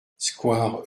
square